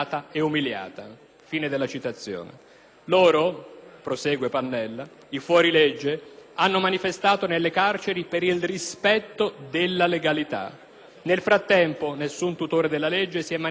Loro, i fuorilegge, hanno manifestato nelle carceri per il rispetto della legalità; nel frattempo, nessun tutore della legge si è manifestato contro fuorvianti applicazioni,